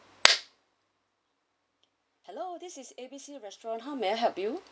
hello this is A B C restaurant how may I help you